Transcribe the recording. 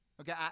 Okay